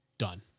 done